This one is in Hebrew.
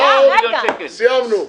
סיימנו.